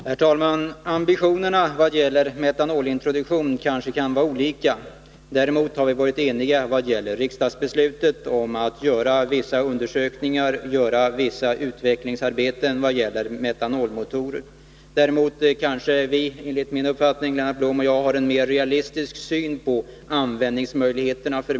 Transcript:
Herr talman! Ambitionerna vad gäller metanolintroduktion kanske kan vara olika. Däremot har vi varit eniga beträffande riksdagens beslut om att göra vissa undersökningar och utvecklingsarbeten vad gäller metanolmotorer. Lennart Blom och jag har en mer realistisk syn på metanolens användningsmöjligheter.